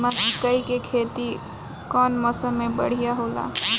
मकई के खेती कउन मौसम में बढ़िया होला?